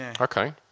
okay